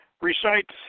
recite